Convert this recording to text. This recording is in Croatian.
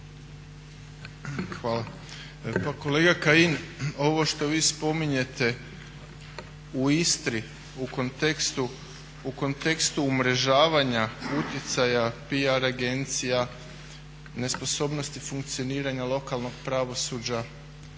Hvala. Pa kolega Kajin, ovo što vi spominjete u Istri u kontekstu umrežavanja utjecaja PR agencija, nesposobnosti funkcioniranja lokalnog pravosuđa